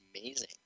amazing